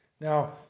Now